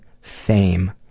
fame